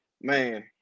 Man